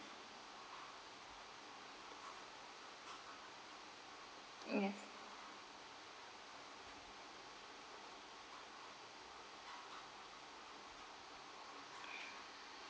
uh yes